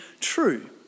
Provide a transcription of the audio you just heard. true